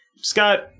Scott